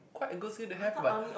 quite a good skill to have but